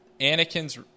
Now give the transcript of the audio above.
Anakin's